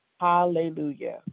hallelujah